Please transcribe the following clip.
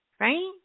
Right